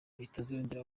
bitazongera